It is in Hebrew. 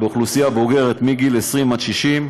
באוכלוסייה בוגרת מגיל 20 עד גיל 60,